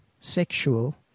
sexual